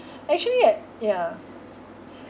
actually I yeah